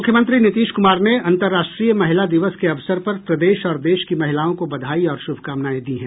मुख्यमंत्री नीतीश कुमार ने अन्तर्राष्ट्रीय महिला दिवस के अवसर पर प्रदेश और देश की महिलाओं को बधाई और श्रभकामनायें दी है